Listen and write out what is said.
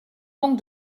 donc